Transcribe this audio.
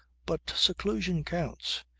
but seclusion counts!